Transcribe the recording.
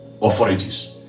authorities